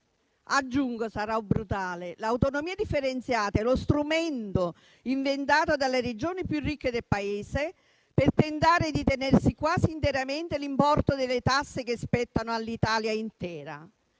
l'autonomia differenziata è lo strumento inventato dalle Regioni più ricche del Paese per tentare di tenersi quasi interamente l'importo delle tasse che spettano all'Italia intera.